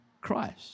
Christ